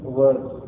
words